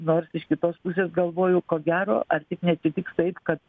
nors iš kitos pusės galvoju ko gero ar tik neatsitiks taip kad